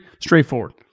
straightforward